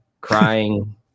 crying